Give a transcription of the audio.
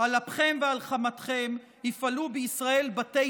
על אפכם ועל חמתכם יפעלו בישראל בתי